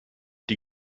die